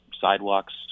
sidewalks